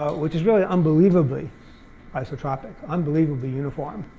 ah which is really unbelievably isotropic, unbelievably uniform.